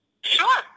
Sure